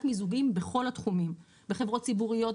מיזוגים בכל התחומים: בחברות ציבוריות,